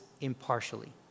impartially